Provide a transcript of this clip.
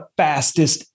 fastest